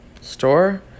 store